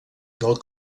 del